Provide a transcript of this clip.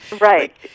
Right